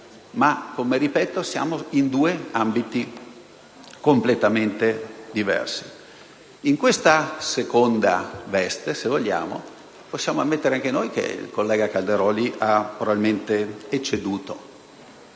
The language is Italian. Ma, ripeto, siamo in due ambiti completamente diversi. In questa seconda veste, se vogliamo, possiamo ammettere anche noi che il collega Calderoli ha probabilmente ecceduto,